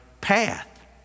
path